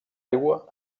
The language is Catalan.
aigua